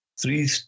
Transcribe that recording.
three